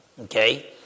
okay